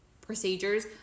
procedures